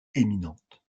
éminente